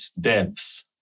depth